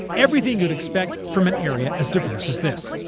everything you'd expect from an area as diverse as this.